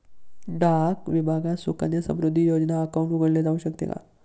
डाक विभागात सुकन्या समृद्धी योजना अकाउंट उघडले जाऊ शकते का?